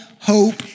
hope